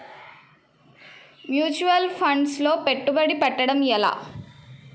Mutual funds లో పెట్టుబడి పెట్టడం ఎలా?